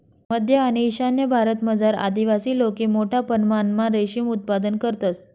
मध्य आणि ईशान्य भारतमझार आदिवासी लोके मोठा परमणमा रेशीम उत्पादन करतंस